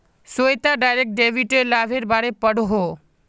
Shweta direct डेबिटेर लाभेर बारे पढ़ोहो